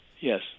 Yes